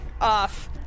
off